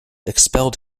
expelled